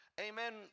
amen